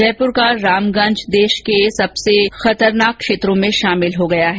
जयपुर का रामगंज देश के सबसे खतरनाक क्षेत्रों में शामिल हो गया है